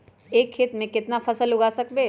एक खेत मे केतना फसल उगाय सकबै?